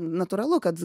nors natūralu kad